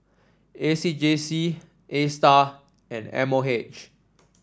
A C J C Astar and M O H